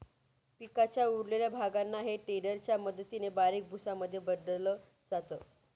पिकाच्या उरलेल्या भागांना हे टेडर च्या मदतीने बारीक भुसा मध्ये बदलल जात